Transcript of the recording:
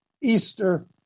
Easter